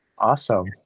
Awesome